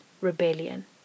rebellion